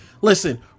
Listen